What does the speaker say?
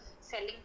selling